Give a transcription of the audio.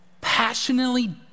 passionately